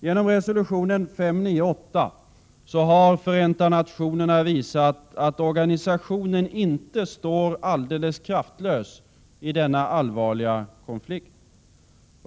Genom resolution 598 har Förenta nationerna visat att organisationen inte står alldeles kraftlös i denna allvarliga konflikt.